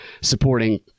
supporting